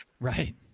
Right